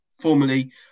formerly